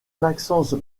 maxence